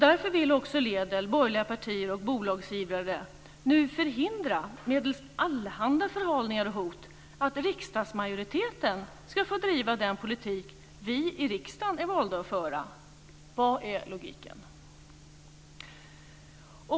Därför vill också Lédel, borgerliga partier och bolagsivrare nu förhindra medelst allehanda förhållningar och hot att riksdagsmajoriteten ska få driva den politik som vi i riksdagen är valda att föra. Vad är logiken?